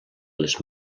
les